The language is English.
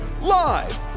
live